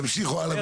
תמשיכו הלאה.